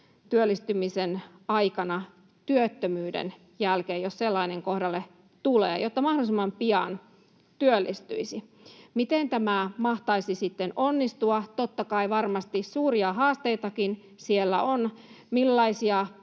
työllistymisen aikana, työttömyyden jälkeen, jos sellainen kohdalle tulee, jotta mahdollisimman pian työllistyisi. Miten tämä mahtaisi sitten onnistua? Totta kai varmasti suuria haasteitakin siellä on: millaisia